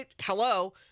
hello